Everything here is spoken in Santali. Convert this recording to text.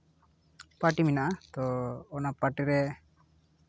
ᱯᱟᱨᱴᱤ ᱢᱮᱱᱟᱜᱼᱟ ᱛᱚ ᱚᱱᱟ ᱯᱟᱨᱴᱤ ᱨᱮ